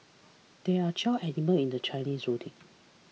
there are twelve animals in the Chinese zodiac